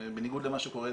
בניגוד למה שקורה,